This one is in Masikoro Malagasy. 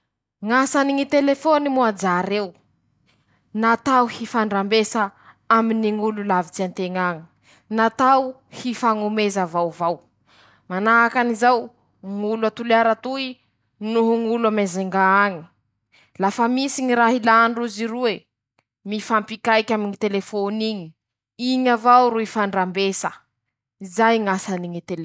Ñy fomba nañamboara ñy taratasy, mila teña akora tseky, lafa azo akor'eo, nikarakara akor'eñy ;akor'eñy amizay naodiky manahaky ñy pilansy rey, naodiky rey lafa vita ñy fañodeha ñ'azy manjary taratasy i, i anorata-tsika ataotsika kahié reñé, i anorata-tsika añatiny ñy burô añy reñy.